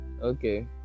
Okay